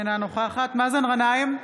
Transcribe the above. אינה נוכחת מאזן גנאים,